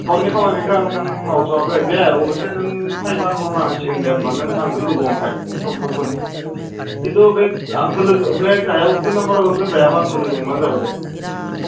एकाउन्टनि खामानिखौ आं माउथ'वाखै दे अबयसे नों फैबा आं मावना होसिगोन दे होमबा नों आंखोनो लोगो हमफै समफोरफोर खिन्थु बे आंखो लोगो बे गाहायाव थिन नामबारआव होग्रो जायाबा आंखौ लोगो हमबानो जाबाय दे